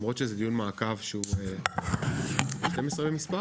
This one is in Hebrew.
למרות שזה דיון מעכב שהוא 12 במספר,